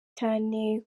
cyane